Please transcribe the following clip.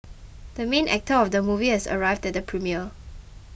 the main actor of the movie has arrived at the premiere